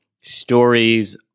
stories